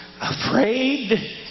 afraid